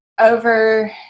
over